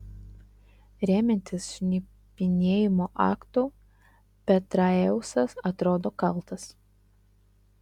remiantis šnipinėjimo aktu petraeusas atrodo kaltas